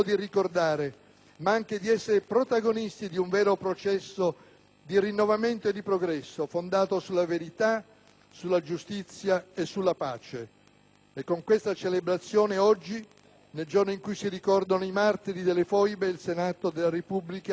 ma anche di essere protagonisti di un vero processo di rinnovamento e di progresso, fondato sulla verità, sulla giustizia e sulla pace. E con questa celebrazione, oggi, nel giorno in cui si ricordano i martiri delle foibe, il Senato della Repubblica onora